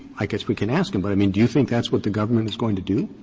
i guess we can ask him. but, i mean, do you think that's what the government is going to do?